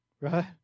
Right